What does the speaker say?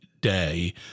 day